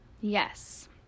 Yes